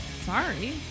Sorry